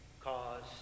cause